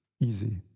Easy